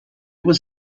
was